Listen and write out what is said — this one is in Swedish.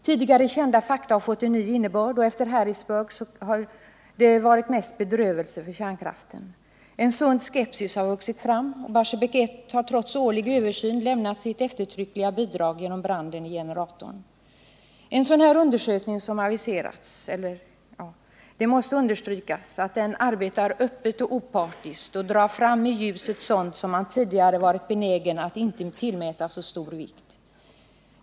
Tidigare kända fakta har fått en ny innebörd, och efter Harrisburg har det varit mest bedrövelse för kärnkraften. En sund skepsis har vuxit fram. Barsebäck 1 har trots årlig översyn lämnat eftertryckliga bidrag genom branden i generatorn. ; Den aviserade undersökningen måste arbeta öppet och opartiskt och dra fram i ljuset sådant som man tidigare har varit benägen att inte tillmäta så stor vikt.